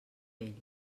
vells